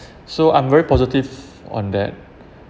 so I'm very positive on that